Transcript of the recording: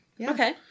Okay